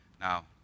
Now